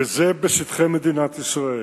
וזה בשטחי מדינת ישראל.